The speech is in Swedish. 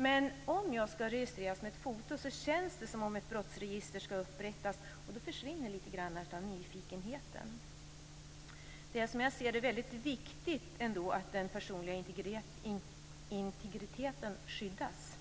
Men om jag skall registreras med ett foto känns det som om ett brottsregister skall upprättas, och då försvinner lite grann av nyfikenheten. Det är, som jag ser det, väldigt viktigt att den personliga integriteten skyddas.